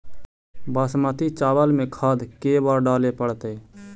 बासमती चावल में खाद के बार डाले पड़तै?